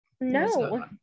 no